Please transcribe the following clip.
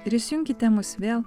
ir įsijunkite mus vėl